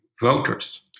voters